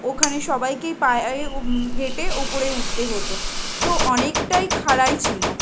ওখানে সবাইকেই পায়ে ওম হেঁটে ওপরে উঠতে হতো তো অনেকটাই খাড়াই ছিলো